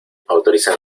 autorizan